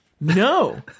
no